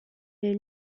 est